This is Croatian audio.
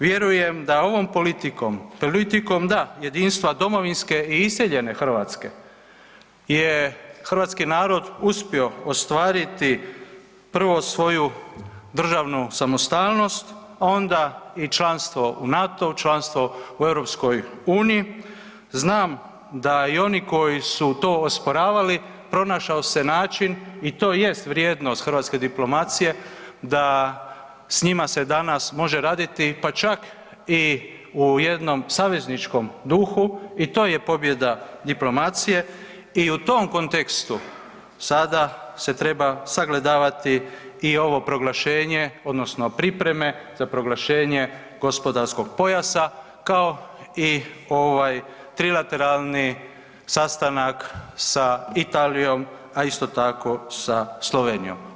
Vjerujem da ovom politikom, politikom, da, jedinstva domovinske i iseljene Hrvatske je hrvatski narod uspio ostvariti prvo svoju državnu samostalnost, onda i članstvo u NATO-u, članstvo u EU, znam da i oni koji su to osporavali, pronašao se način i to jest vrijednost hrvatske diplomacije, da s njima se danas može raditi, pa čak i u jednom savezničkom duhu i to je pobjeda diplomacije i u tom kontekstu sada se treba sagledavati i ovo proglašenje odnosno pripreme za proglašenje gospodarskog pojasa kao i ovaj trilateralni sastanak sa Italijom, a isto tako sa Slovenijom.